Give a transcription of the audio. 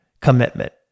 Commitment